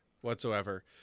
whatsoever